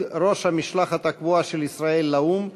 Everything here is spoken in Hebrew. ראש המשלחת הקבועה של ישראל לאו"ם,